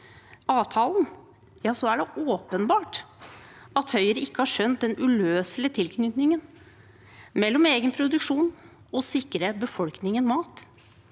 avtalen, er det åpenbart at de ikke har skjønt den uløselige tilknytningen mellom egen produksjon og å sikre befolkningen mat.